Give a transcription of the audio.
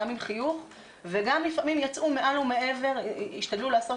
גם עם חיוך וגם לפעמים השתדלו לעשות